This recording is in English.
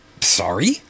sorry